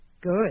Good